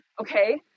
Okay